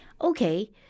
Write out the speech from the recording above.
Okay